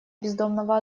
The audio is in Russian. бездомного